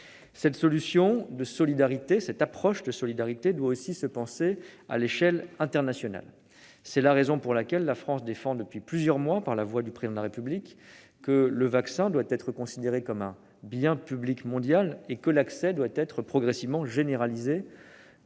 à l'Union européenne. Cette approche de solidarité doit aussi se penser à l'échelle internationale. C'est la raison pour laquelle la France défend depuis plusieurs mois, par la voix du Président de la République, l'idée que le vaccin doit être considéré comme un bien public mondial et que l'accès à celui-ci doit être progressivement généralisé,